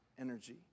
energy